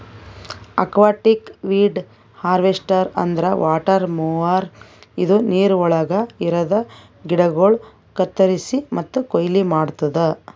aquatic weed harvester ಅಂದ್ರ water mower ಇದು ನೀರವಳಗ್ ಇರದ ಗಿಡಗೋಳು ಕತ್ತುರಸಿ ಮತ್ತ ಕೊಯ್ಲಿ ಮಾಡ್ತುದ